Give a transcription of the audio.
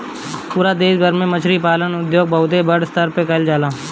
पूरा देश भर में मछरी पालन उद्योग बहुते बड़ स्तर पे कईल जाला